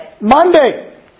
Monday